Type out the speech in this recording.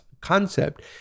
concept